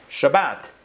Shabbat